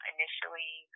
Initially